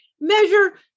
measure